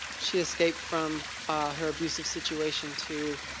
she escaped from her abusive situation to.